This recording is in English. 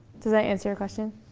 does that answer your question?